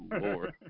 lord